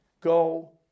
Go